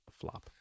flop